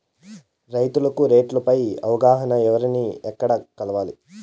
రైతుకు రేట్లు పై అవగాహనకు ఎవర్ని ఎక్కడ కలవాలి?